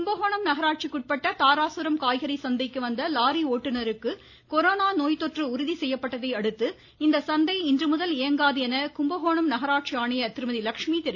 கும்பகோணம் நகராட்சிக்குட்பட்ட தாராசுரம் காய்கறி சந்தைக்கு வந்த லாரி ஓட்டுநருக்கு கொரோனா நோய் தொற்று உறுதி செய்யப்பட்டதை அடுத்து இச்சந்தை இன்றுமுதல் இயங்காது என கும்பகோணம் நகராட்சி ஆணையர் திருமதி லக்ஷ்மி தெரிவித்துள்ளார்